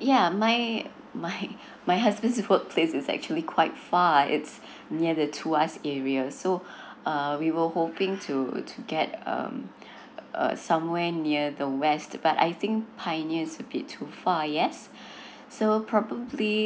yeah my my my husband said this place is actually quite far it's near the tuas area so uh we were hoping to to get um err somewhere near the west but I think pioneer is a bit too far yes so probably